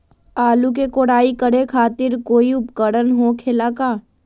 आलू के कोराई करे खातिर कोई उपकरण हो खेला का?